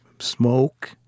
Smoke